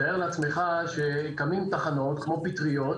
תאר לעצמך שקמות תחנות כמו פטריות,